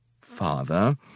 father